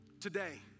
today